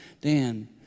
Dan